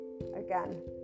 again